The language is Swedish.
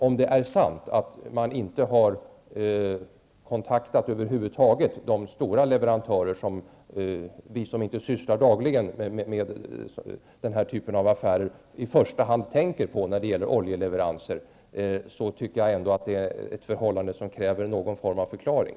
Om det är sant att man över huvud taget inte har kontaktat de stora leverantörer, som vi som inte dagligen sysslar med den här typen av affärer i första hand tänker på när det gäller oljeleveranser, tycker jag ändå att det är ett förhållande som kräver någon form av förklaring.